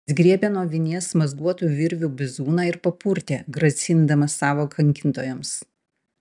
jis griebė nuo vinies mazguotų virvių bizūną ir papurtė grasindamas savo kankintojams